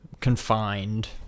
confined